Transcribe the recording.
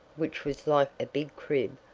which was like a big crib,